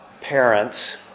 parents